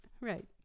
Right